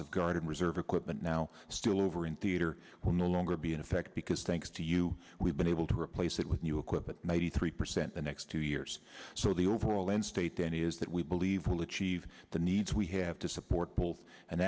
of guard and reserve equipment now still over in theater will no longer be in effect because thanks to you we've been able to replace it with new equipment ninety three percent the next two years so the overall end state then is that we believe will achieve the needs we have to support